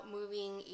moving